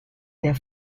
der